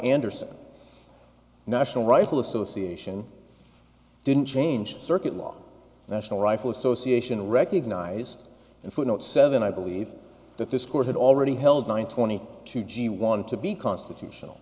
anderson national rifle association didn't change circuit law national rifle association recognized in footnote seven i believe that this court had already held nine twenty two g wanted to be constitutional